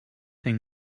and